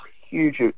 huge